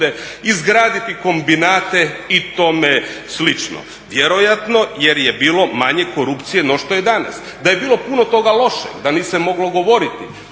izgraditi kombinate i tome slično. Vjerojatno jer je bilo manje korupcije nego što je danas. Da je bilo toga loše, da nije se moglo govoriti,